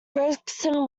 gregson